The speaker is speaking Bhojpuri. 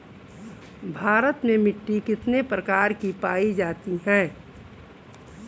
भारत में मिट्टी कितने प्रकार की पाई जाती हैं?